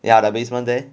ya the basement there